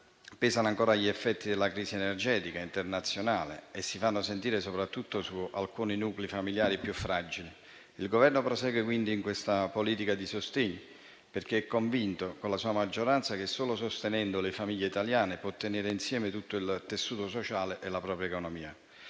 Pesano ancora, infatti, gli effetti della crisi energetica internazionale, che si fanno sentire soprattutto su alcuni nuclei familiari più fragili. Il Governo prosegue, quindi, in questa politica di sostegno, perché è convinto, con la sua maggioranza, che solo sostenendo le famiglie italiane può tenere insieme tutto il tessuto sociale e la propria economia.